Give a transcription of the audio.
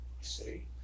see